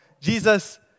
Jesus